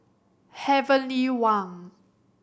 Heavenly Wang